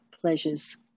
pleasures